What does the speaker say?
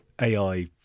AI